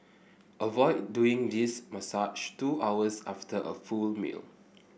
avoid doing this massage two hours after a full meal